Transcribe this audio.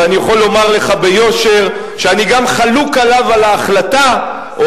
ואני יכול לומר לך ביושר שאני גם חלוק עליו על ההחלטה או